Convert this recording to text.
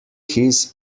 his